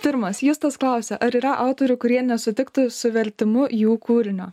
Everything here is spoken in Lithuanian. pirmas justas klausia ar yra autorių kurie nesutiktų su vertimu jų kūrinio